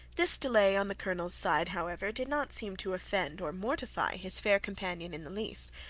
this delay on the colonel's side, however, did not seem to offend or mortify his fair companion in the least,